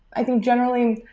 i think, generally,